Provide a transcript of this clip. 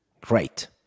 great